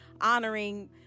honoring